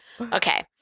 Okay